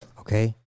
Okay